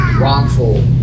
wrongful